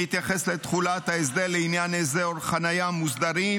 שמתייחס לתחולת ההסדר לעניין אזורי חניה מוסדרים